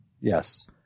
yes